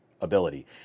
ability